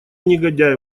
негодяй